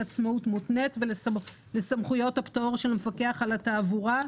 עצמאות מותנית ולסמכויות הפטור של מפקח על התעבורה.